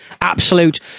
Absolute